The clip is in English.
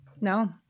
No